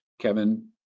Kevin